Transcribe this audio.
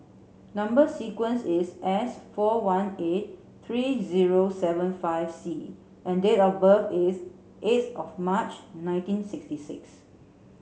number sequence is S four one eight three zero seven five C and date of birth is eighth of March nineteen sixty six